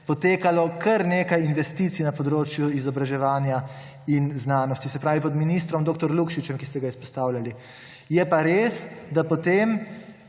potekalo kar nekaj investicij na področju izobraževanja in znanosti. Se pravi, pod ministrom dr. Lukšičem, ki ste ga izpostavljali. Je pa res, da potem,